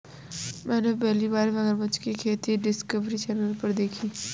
मैंने पहली बार मगरमच्छ की खेती डिस्कवरी चैनल पर देखी